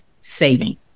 saving